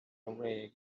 away